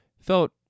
felt